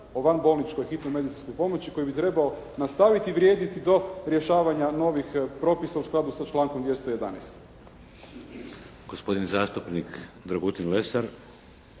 o vanbolničkoj hitnoj medicinskoj pomoći koji bi trebao nastaviti vrijediti do rješavanja novih propisa u skladu sa člankom 211.